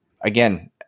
again